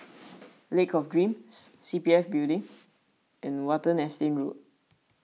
Lake of Dreams C P F Building and Watten Estate Road